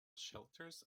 shelters